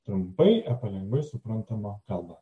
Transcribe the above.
trumpai apie lengvai suprantamą kalbą